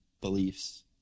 beliefs